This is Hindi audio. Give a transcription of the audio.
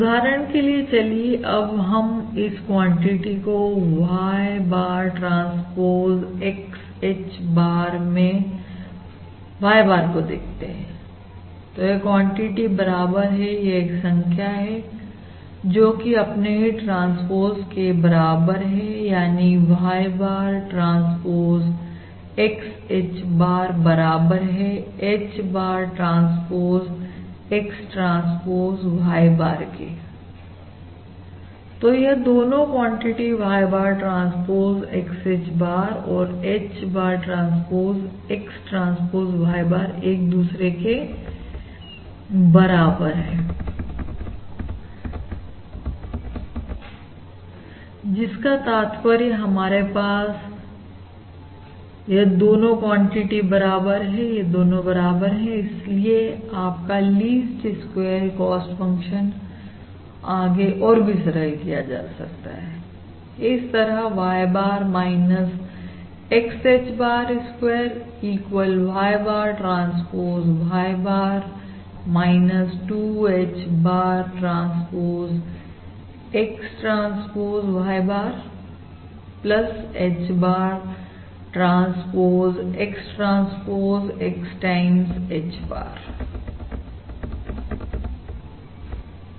उदाहरण के लिए चलिए अब हम इस क्वांटिटी को Y bar transpose XH bar मैं Y bar को देखते हैं तो यह क्वांटिटी बराबर है यह एक संख्या है जोकि अपने ही ट्रांसपोज के बराबर है यानी Y bar transpose XH bar बराबर है H bar transpose X transpose Y barके तो यह दोनों quantity Y bar transpose XH bar और H bar transpose X transpose Y bar एक दूसरे के बराबर है जिसका तात्पर्य हमारे पासकि यह दोनों क्वांटिटी बराबर है जब यह दोनों बराबर हैं इसलिए आपका लीस्ट स्क्वेयर कॉस्ट फंक्शन आगे और भी सरल किया जा सकता है इस तरह Y bar XH bar square equal Y bar transpose Y bar 2 H bar transpose X transpose Y bar H bar transpose X transpose X time H bar